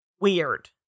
weird